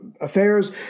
affairs